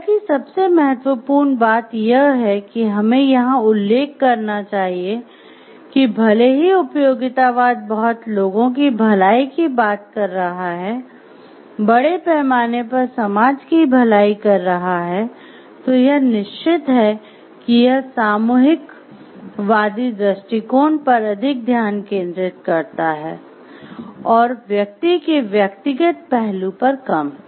हालाँकि सबसे महत्वपूर्ण बात यह है कि हमें यहाँ उल्लेख करना चाहिए कि भले ही उपयोगितावाद बहुत लोगों की भलाई की बात कर रहा है बड़े पैमाने पर समाज की भलाई कर रहा है तो यह निश्चित है कि यह सामूहिकवादी दृष्टिकोण पर अधिक ध्यान केंद्रित करता है और व्यक्ति के व्यक्तिगत पहलू पर कम